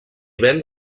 ven